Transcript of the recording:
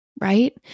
right